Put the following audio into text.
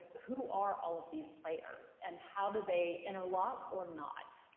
who are all of these players and how do they interlock or not?